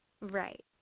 right